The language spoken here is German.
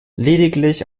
lediglich